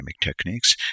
techniques